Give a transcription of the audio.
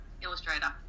illustrator